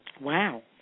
Wow